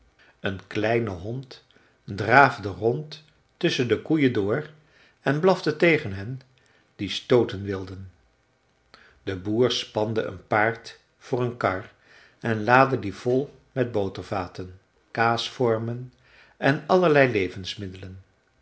een kleine hond draafde rond tusschen de koeien door en blafte tegen hen die stooten wilden de boer spande een paard voor een kar en laadde die vol met botervaten kaasvormen en allerlei levensmiddelen